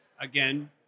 Again